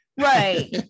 Right